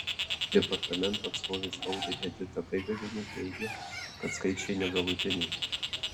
departamento atstovė spaudai edita gaigalienė teigia kad skaičiai negalutiniai